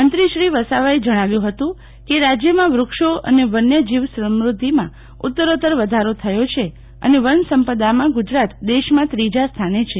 મંત્રીશ્રી વસાવાએ જણાવ્યું હતું કે રાજ્યમાં વૃક્ષો અને વન્ય જીવ સમૃધ્ધિમાં ઉત્તરોત્તર વધારો થયો છે અને વન સંપદાઓમાં ગુજરાત દેશમાં ત્રીજા સ્થાને છે